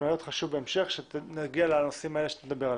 נעלה אותך שוב כדי שתדבר עליהם.